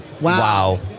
Wow